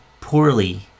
poorly